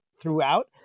throughout